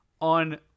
...on